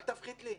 אל תפחית לי.